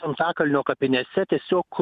antakalnio kapinėse tiesiog